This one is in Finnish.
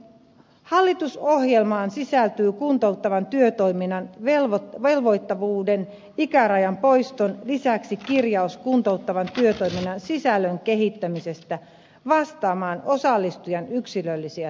hallitusohjelmaan sisältyy kuntouttavan työtoiminnan velvoittavuuden ikärajan poiston lisäksi kirjaus kuntouttavan työtoiminnan sisällön kehittämisestä vastaamaan osallistujan yksilöllisiä tarpeita